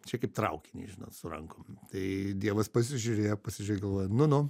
čia kaip traukinį žinot su rankom tai dievas pasižiūrėjo pasižiūrėjo galvoja nu nu